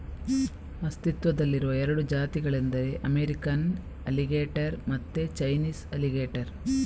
ಅಸ್ತಿತ್ವದಲ್ಲಿರುವ ಎರಡು ಜಾತಿಗಳೆಂದರೆ ಅಮೇರಿಕನ್ ಅಲಿಗೇಟರ್ ಮತ್ತೆ ಚೈನೀಸ್ ಅಲಿಗೇಟರ್